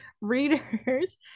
readers